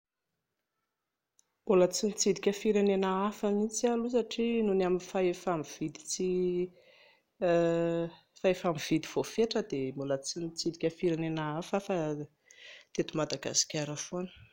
Mbola tsy nitsidika firenena hafa mihitsy aho aloha satria noho ny amin'ny fahefa-mividy voafetra dia mbola tsy nitsidika firenena hafa aho fa teto Madagasikara foana